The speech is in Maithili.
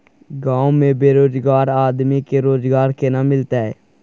गांव में बेरोजगार आदमी के रोजगार केना मिलते?